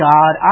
God